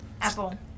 Apple